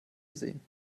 sehen